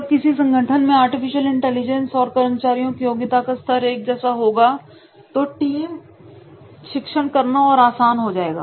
जब किसी संगठन में आर्टिफिशियल इंटेलिजेंस और कर्मचारियों की योग्यता का स्तर एक जैसा होगा तो टीम शिक्षण करना और आसान हो जाएगा